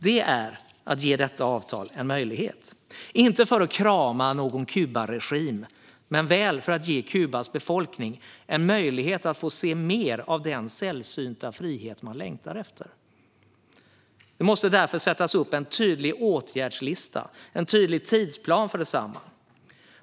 Det är att ge detta avtal en möjlighet - inte för att krama någon Kubaregim men väl för att ge Kubas befolkning en möjlighet att få se mer av den sällsynta frihet den längtar efter. Det måste därför sättas upp en tydlig åtgärdslista, en tydlig tidsplan för detsamma.